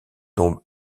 tombe